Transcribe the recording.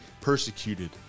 persecuted